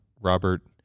Robert